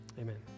Amen